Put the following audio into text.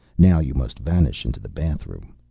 now you must vanish into the bathroom.